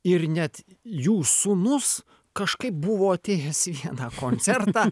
ir net jų sūnus kažkaip buvo atėjęs į vieną koncertą